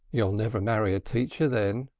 you'll never marry a teacher, then,